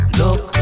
look